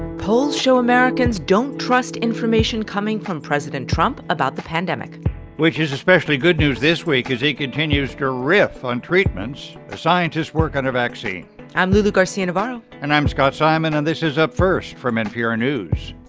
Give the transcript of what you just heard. polls show americans don't trust information coming from president trump about the pandemic which is especially good news this week as he continues to riff on treatments as scientists work on a vaccine i'm lulu garcia-navarro and i'm scott simon. and this is up first from npr news.